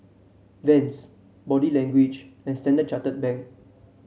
Vans Body Language and Standard Chartered Bank